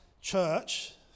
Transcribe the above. church